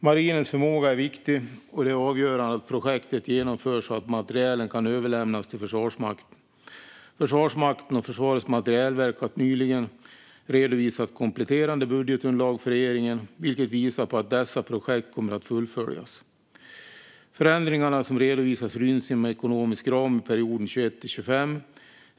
Marinens förmåga är viktig, och det är avgörande att projektet genomförs och att materielen kan överlämnas till Försvarsmakten. Försvarsmakten och Försvarets materielverk har nyligen redovisat kompletterade budgetunderlag för regeringen, vilka visar på att dessa projekt kommer att fullföljas. Förändringarna som redovisas ryms inom ekonomisk ram i perioden 2021-2025.